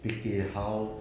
fikir how